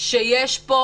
שיש פה